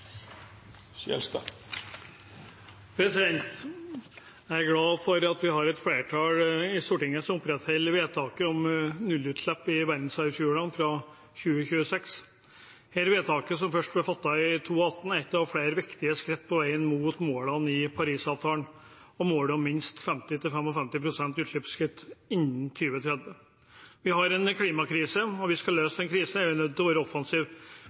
glad for at vi har et flertall i Stortinget som opprettholder vedtaket om nullutslipp i verdensarvfjordene fra 2026. Dette vedtaket, som først ble fattet i 2018, er et av flere viktige skritt på veien mot målene i Parisavtalen og målet om minst 50–55 pst. utslippskutt innen 2030. Vi har en klimakrise, og om vi skal løse den krisen, er vi nødt til å være offensive.